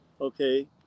okay